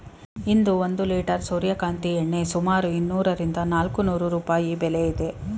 ಇಂದು ಒಂದು ಲಿಟರ್ ಸೂರ್ಯಕಾಂತಿ ಎಣ್ಣೆ ಸುಮಾರು ಇನ್ನೂರರಿಂದ ನಾಲ್ಕುನೂರು ರೂಪಾಯಿ ಬೆಲೆ ಇದೆ